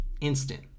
instant